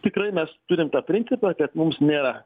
tikrai mes turim tą principą kad mums nėra